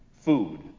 food